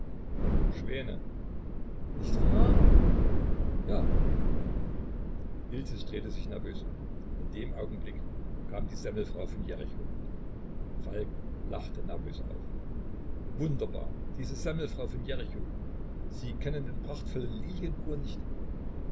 schwäne nicht wahr ja iltis dreht sich nervös um in dem augenblick kam die semmelfrau von jericho falk lachte nervös auf wunderbar diese semmelfrau von jericho sie kennen den prachtvollen lilienkron nicht